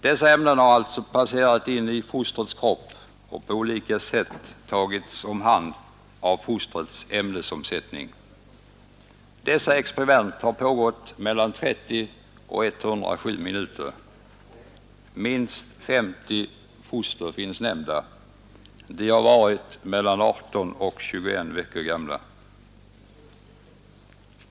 Dessa ämnen har alltså passerat in i fostrets kropp och på olika sätt tagits om hand av fostrets ämnesomsättning. Dessa experiment har pågått mellan 30 och 107 minuter. Minst 50 foster finns nämnda. De har varit mellan 18 och 21 veckor gamla.